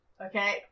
Okay